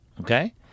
okay